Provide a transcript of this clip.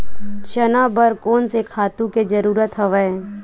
चना बर कोन से खातु के जरूरत हवय?